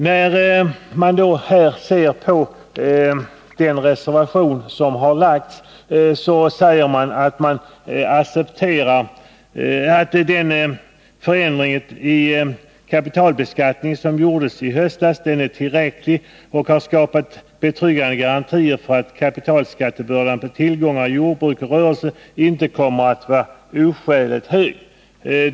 I den reservation som fogats till betänkandet säger man att den förändring i kapitalbeskattningen som genomfördes i höstas är tillräcklig och har skapat betryggande garantier för att kapitalskattebördan för tillgångar i jordbruk och rörelse inte kommer att vara oskäligt hög.